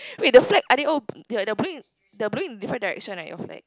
wait the flag are they all they are they are blowing they're blowing in different direction right your flag